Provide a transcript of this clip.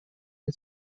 and